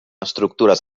estructures